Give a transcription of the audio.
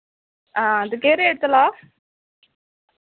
हां ते केह् रेट चला दा